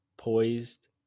poised